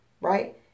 right